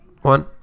One